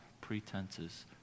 pretenses